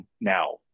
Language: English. now